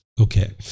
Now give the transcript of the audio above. Okay